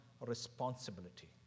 responsibility